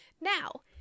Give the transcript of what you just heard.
Now